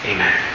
Amen